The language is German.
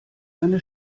eine